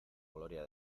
gloria